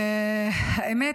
האמת,